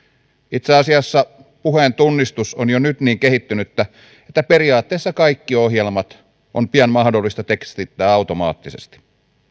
itse asiassa puheentunnistus on jo nyt niin kehittynyttä että periaatteessa kaikki ohjelmat on pian mahdollista tekstittää automaattisesti